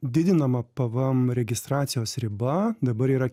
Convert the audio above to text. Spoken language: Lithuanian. didinama pvm registracijos riba dabar yra